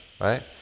right